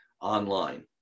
online